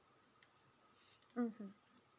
mmhmm